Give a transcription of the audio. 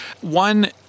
one